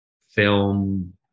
film